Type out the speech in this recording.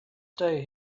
stay